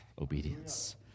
obedience